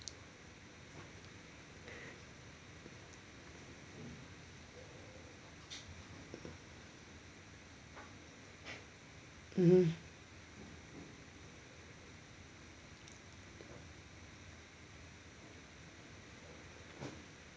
mmhmm